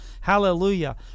Hallelujah